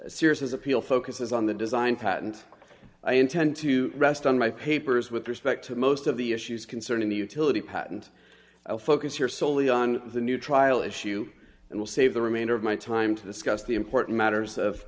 venue series his appeal focuses on the design patent i intend to rest on my papers with respect to most of the issues concerning the utility patent i'll focus here solely on the new trial issue and will save the remainder of my time to discuss the important matters of